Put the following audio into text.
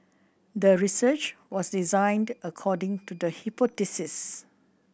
the research was designed according to the hypothesis